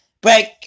Break